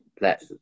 let